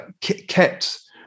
kept